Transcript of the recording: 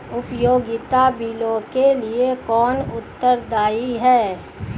उपयोगिता बिलों के लिए कौन उत्तरदायी है?